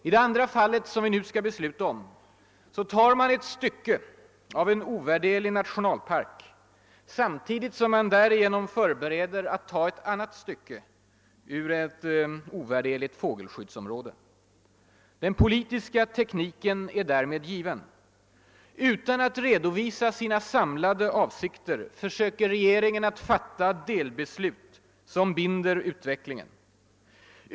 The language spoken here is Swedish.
I det andra fallet, som vi nu skall besluta om, tar man ett stycke av en ovärderlig nationalpark samtidigt som man därigenom förbereder att ta ett annat stycke ur ett ovärderligt få gelskyddsområde. Den politiska tekniken är därmed given. Utan att redovisa sina samlade avsikter försöker regeringen fatta delbeslut som binder utvecklingen.